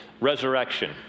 Resurrection